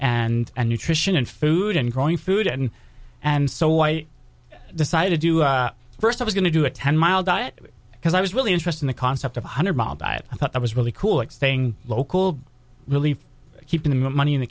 active and nutrition and food and growing food and and so i decided to do first i was going to do a ten mile diet because i was really interesting the concept of one hundred mile diet i thought that was really cool it staying local relief keeping the money in the